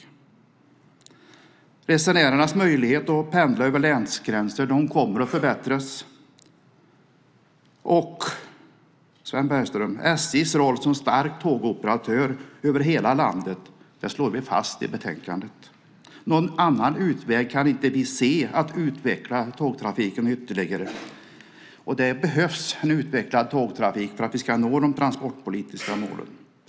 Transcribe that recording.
Resenärernas möjligheter att pendla över länsgränser kommer att förbättras. SJ:s roll, Sven Bergström, som stark tågoperatör över hela landet slår vi fast i betänkandet. Någon annan utväg kan vi inte se för att utveckla tågtrafiken ytterligare. Det behövs en utvecklad tågtrafik för att vi ska nå de transportpolitiska målen.